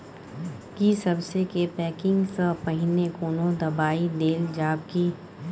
की सबसे के पैकिंग स पहिने कोनो दबाई देल जाव की?